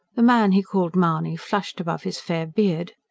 the man he called mahony flushed above his fair beard.